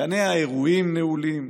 גני האירועים נעולים,